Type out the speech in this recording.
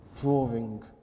drawing